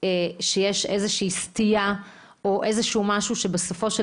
שיש איזושהי סטייה או איזשהו משהו שבסופו של